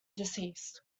deceased